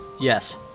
Yes